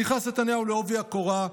נכנס נתניהו בעובי הקורה,